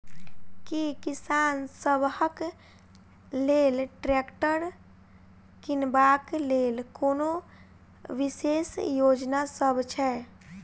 की किसान सबहक लेल ट्रैक्टर किनबाक लेल कोनो विशेष योजना सब छै?